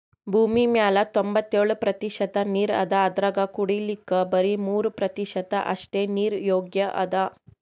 ಭೂಮಿಮ್ಯಾಲ್ ತೊಂಬತ್ತೆಳ್ ಪ್ರತಿಷತ್ ನೀರ್ ಅದಾ ಅದ್ರಾಗ ಕುಡಿಲಿಕ್ಕ್ ಬರಿ ಮೂರ್ ಪ್ರತಿಷತ್ ಅಷ್ಟೆ ನೀರ್ ಯೋಗ್ಯ್ ಅದಾ